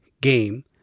game